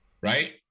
Right